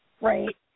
right